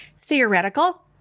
theoretical